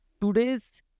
today's